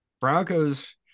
Broncos